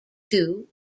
two